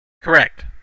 correct